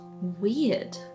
weird